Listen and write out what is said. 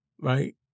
Right